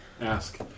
ask